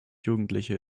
jugendliche